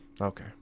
Okay